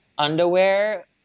underwear